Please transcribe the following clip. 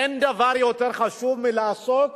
אין דבר יותר חשוב מלעסוק